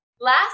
Last